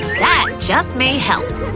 that just may help!